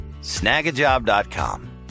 Snagajob.com